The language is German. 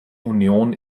union